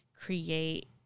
create